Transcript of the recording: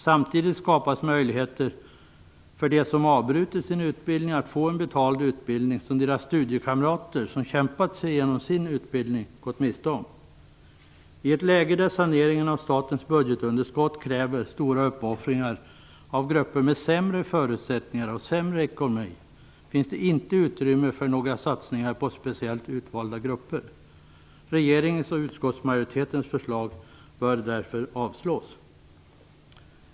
Samtidigt skapas möjligheter för dem som avbrutit sin utbildning att få en betald utbildning som deras studiekamrater som kämpat sig igenom sin utbildning gått miste om. I ett läge då saneringen av statens budgetunderskott kräver stora uppoffringar av grupper med sämre förutsättningar och sämre ekonomi finns det inte utrymme för några satsningar på speciellt utvalda grupper. Regeringens och utskottsmajoritetens förslag bör därför avslås.